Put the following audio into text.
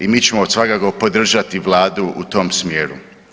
I mi ćemo svakako podržati Vladu u tom smjeru.